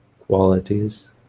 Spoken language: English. qualities